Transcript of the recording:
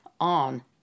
on